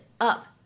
up